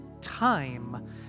time